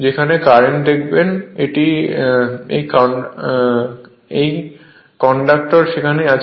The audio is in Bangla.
যেখানেই কারেন্ট দেখবেন এই কন্ডাক্টর সেখানেই আছে